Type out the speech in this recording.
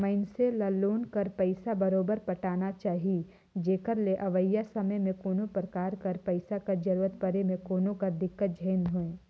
मइनसे ल लोन कर पइसा बरोबेर पटाना चाही जेकर ले अवइया समे में कोनो परकार कर पइसा कर जरूरत परे में कोनो कर दिक्कत झेइन होए